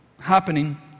happening